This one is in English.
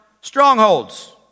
strongholds